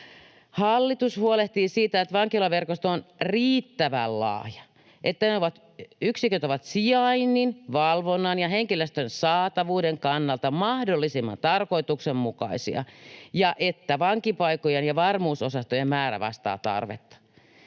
hallitus huolehtii siitä, että vankilaverkosto on riittävän laaja, että yksiköt ovat sijainnin, valvonnan ja henkilöstön saatavuuden kannalta mahdollisimman tarkoituksenmukaisia ja että vankipaikkojen ja varmuusosastojen määrä vastaa tarvetta.